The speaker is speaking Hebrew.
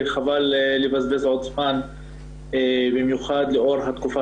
וחבל לבזבז עוד זמן במיוחד לאור התקופה